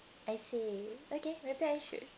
I see okay maybe I should